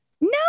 No